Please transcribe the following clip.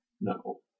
No